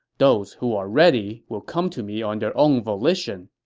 those who are ready will come to me on their own volition.